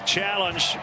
challenge